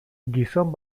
gizon